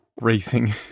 racing